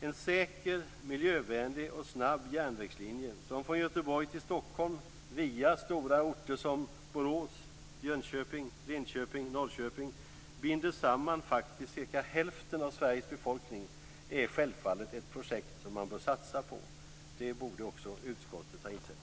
En säker, miljövänlig och snabb järnvägslinje, som från Göteborg till Stockholm via stora orter som Borås, Jönköping, Linköping och Norrköping binder samman cirka hälften av Sveriges befolkning, är självfallet ett projekt som man bör satsa på. Det borde också utskottet ha insett.